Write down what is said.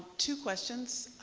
two questions.